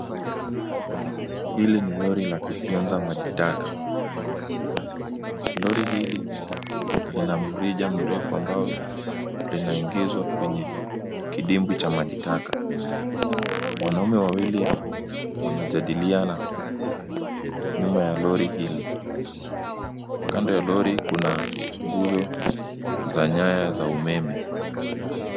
Hili ni lori la kufyonza maji taka. Lori hili lina mrija mrefu ambao linaingizwa kwenye kidimbwi cha maji taka. Wanaume wawili wanajadiliana nyuma ya lori hili. Kando ya lori kuna nguzo za nyaya za umeme.